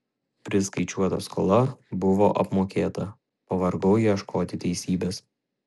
priskaičiuota skola buvo apmokėta pavargau ieškoti teisybės